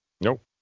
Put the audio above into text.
Nope